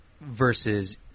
versus